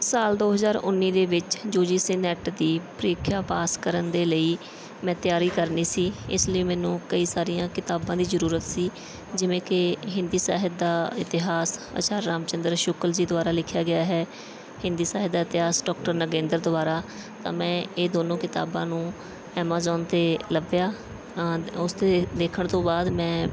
ਸਾਲ ਦੋ ਹਜ਼ਾਰ ਉੱਨੀ ਦੇ ਵਿੱਚ ਯੂ ਜੀ ਸੀ ਨੈੱਟ ਦੀ ਪ੍ਰੀਖਿਆ ਪਾਸ ਕਰਨ ਦੇ ਲਈ ਮੈਂ ਤਿਆਰੀ ਕਰਨੀ ਸੀ ਇਸ ਲਈ ਮੈਨੂੰ ਕਈ ਸਾਰੀਆਂ ਕਿਤਾਬਾਂ ਦੀ ਜ਼ਰੂਰਤ ਸੀ ਜਿਵੇਂ ਕਿ ਹਿੰਦੀ ਸਾਹਿਤ ਦਾ ਇਤਿਹਾਸ ਅਚਾਰੀਆ ਰਾਮ ਚੰਦਰ ਸ਼ੁਕਲ ਜੀ ਦੁਆਰਾ ਲਿਖਿਆ ਗਿਆ ਹੈ ਹਿੰਦੀ ਸਾਹਿਤ ਦਾ ਇਤਿਹਾਸ ਡਾਕਟਰ ਨਗਿੰਦਰ ਦੁਆਰਾ ਤਾਂ ਮੈਂ ਇਹ ਦੋਨੋਂ ਕਿਤਾਬਾਂ ਨੂੰ ਐਮਾਜੋਨ 'ਤੇ ਲੱਭਿਆ ਉਸ 'ਤੇ ਦੇਖਣ ਤੋਂ ਬਾਅਦ ਮੈਂ